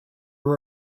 were